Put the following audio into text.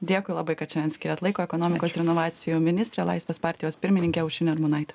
dėkui labai kad šiandien skyrėt laiko ekonomikos ir inovacijų ministrė laisvės partijos pirmininkė aušrinė armonaitė